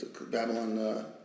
Babylon